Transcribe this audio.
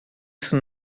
isso